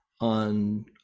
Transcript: on